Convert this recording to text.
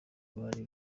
bari